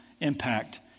impact